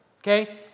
Okay